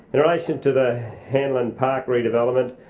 in relation to the hanlon park redevelopment,